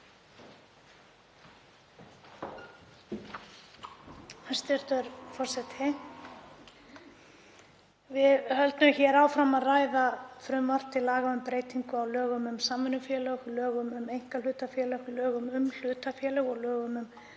Hæstv. forseti. Við höldum hér áfram að ræða frumvarp til laga um breytingu á lögum um samvinnufélög, lögum um einkahlutafélög, lögum um hlutafélög og lögum um